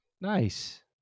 Nice